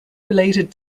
related